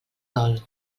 dol